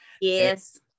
Yes